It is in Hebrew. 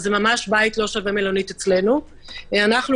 בית ממש לא שווה מלונית אצלנו.